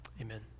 Amen